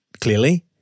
clearly